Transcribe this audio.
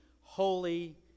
holy